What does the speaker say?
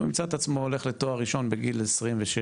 הוא ימצא את עצמו הולך לתואר ראשון בגיל 26,